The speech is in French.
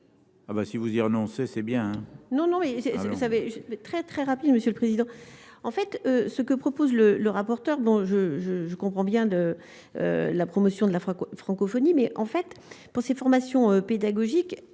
si vous y renoncer, c'est bien.